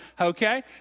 Okay